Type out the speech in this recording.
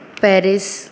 Paris